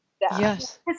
Yes